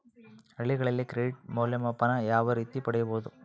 ಹಳ್ಳಿಗಳಲ್ಲಿ ಕ್ರೆಡಿಟ್ ಮೌಲ್ಯಮಾಪನ ಯಾವ ರೇತಿ ಪಡೆಯುವುದು?